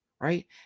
right